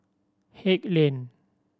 Haig Lane